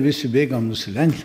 visi bėgam nusilenk